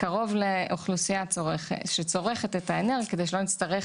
קרוב לאוכלוסייה שצורכת את האנרגיה כדי שלא נצטרך